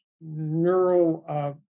neural